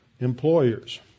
employers